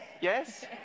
Yes